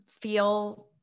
feel